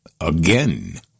again